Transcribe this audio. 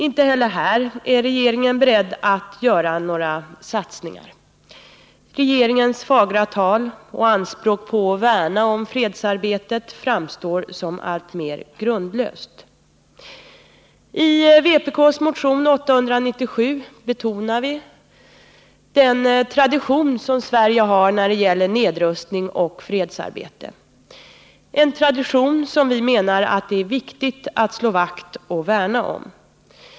Inte heller här är regeringen beredd att göra några satsningar. Regeringens fagra tal och anspråk på att värna om fredsarbetet framstår som alltmer grundlösa. I vpk:s motion 897 betonar vi den tradition som Sverige har när det gäller nedrustning och fredsarbete, en tradition som det är viktigt att slå vakt om och värna om.